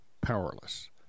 powerless